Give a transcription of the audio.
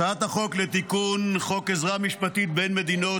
הצעת החוק לתיקון חוק עזרה משפטית בין מדינות,